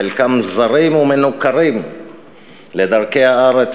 חלקם זרים ומנוכרים לדרכי הארץ,